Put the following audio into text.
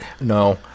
No